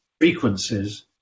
frequencies